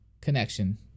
connection